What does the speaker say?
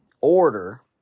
order